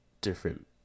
different